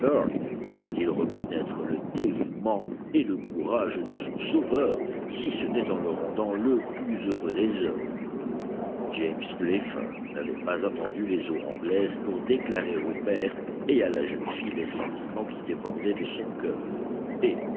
pouvait-il reconnaître le dévouement et le courage de son sauveur si ce n'est en le rendant le plus heureux des hommes james playfair n'avait pas attendu les eaux anglaises pour déclarer au père et à la jeune fille les sentiments qui débordaient de son cœur et